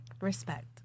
Respect